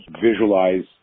visualize